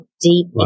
deep